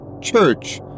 Church